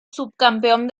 subcampeón